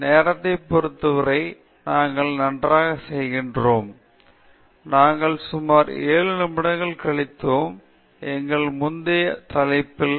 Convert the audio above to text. நேரத்தை பொறுத்தவரை நாங்கள் நன்றாக செய்கிறோம் நாங்கள் சுமார் 7 நிமிடங்கள் கழித்தோம் எங்கள் முந்தைய தலைப்பில் தடைகள்